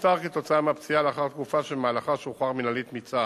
ונפטר כתוצאה מהפציעה לאחר תקופה שבמהלכה שוחרר מינהלית מצה"ל.